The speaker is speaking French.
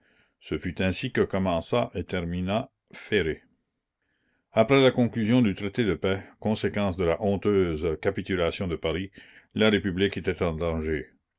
ce fut ainsi que commença et termina ferré la commune après la conclusion du traité de paix conséquence de la honteuse capitulation de paris la république était en danger